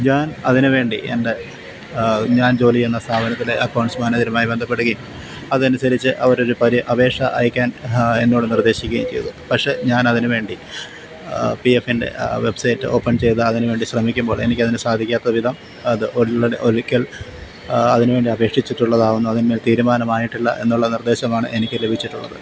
ഞാൻ അതിന് വേണ്ടി എൻ്റെ ഞാൻ ജോലി ചെയ്യുന്ന സ്ഥാപനത്തിലെ അക്കൗണ്ട്സ്മ്മാരുമായി ബന്ധപ്പെടുകയും അതനുസരിച്ച് അവർ അപേക്ഷ അയക്കാൻ എന്നോട് നിർദ്ദേശിക്കുകയും ചെയ്തു പക്ഷേ ഞാൻ അതിന് വേണ്ടി പി എഫിൻ്റെ വെബ്സൈറ്റ് ഓപ്പൺ ചെയ്ത് അതിന് വേണ്ടി ശ്രമിക്കുമ്പോൾ എനിക്ക് അതിന് സാധിക്കാത്തവിധം അത് ഒരിക്കൽ അതിന് വേണ്ടി അപേക്ഷിച്ചിട്ടുള്ളതാകുന്നു അതിന് തീരുമാനമായിട്ടില്ല എന്നുള്ള നിർദ്ദേശമാണ് എനിക്ക് ലഭിച്ചിട്ടുള്ളത്